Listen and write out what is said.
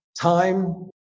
time